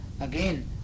again